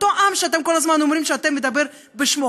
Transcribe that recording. אותו עם שאתם כל הזמן אומרים שאתם מדברים בשמו,